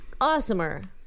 awesomer